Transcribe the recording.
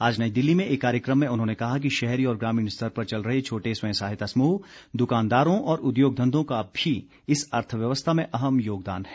आज नई दिल्ली में एक कार्यक्रम में उन्होंने कहा कि शहरी और ग्रामीण स्तर पर चल रहे छोटे स्वयं सहायता समूह दुकानदारों और उद्योग धंधों का भी इस अर्थव्यवस्था में अहम योगदान है